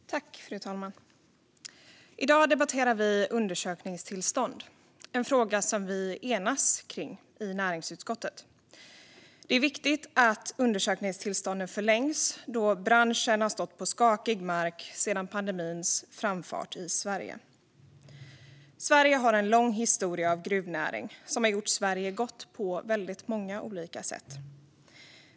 Fru talman! I dag debatterar vi undersökningstillstånd. Det är en fråga som vi enas kring i näringsutskottet. Det är viktigt att undersökningstillstånden förlängs då branschen har stått på skakig mark sedan pandemins framfart i Sverige inleddes. Gruvnäringen i Sverige har en lång historia och har gjort Sverige gott på många olika sätt.